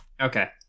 Okay